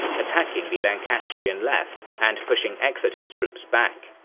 attacking the lancastrian left and pushing exeter's troops back.